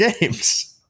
games